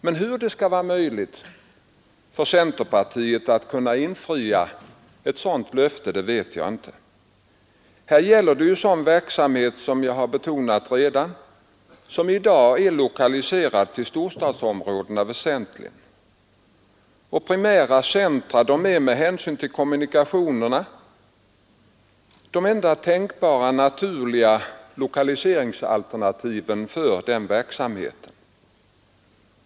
Men hur det skall vara möjligt för centerpartiet att infria ett sådant löfte vet jag inte. Här gäller det en verksamhet som — det har jag redan betonat — i dag väsentligen är lokaliserad till storstadsområdena. Primärcentra är med hänsyn till kommunikationerna de enda tänkbara naturliga lokaliseringsalternativen för den verksamheten.